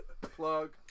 plug